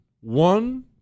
One